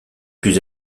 plus